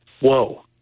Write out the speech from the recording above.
whoa